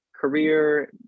career